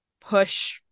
push